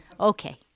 Okay